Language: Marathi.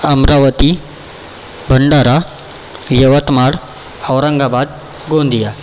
अमरावती भंडारा यवतमाळ औरंगाबाद गोंदिया